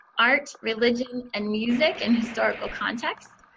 art, religion, and music in historical context,